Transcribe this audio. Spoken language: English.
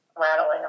rattling